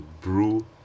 brew